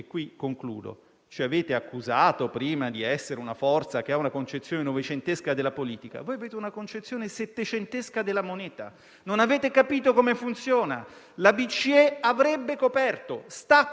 Ditecelo, però risolvete questo problema, perché il Paese non può più permettersi di aspettare.